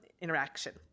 interaction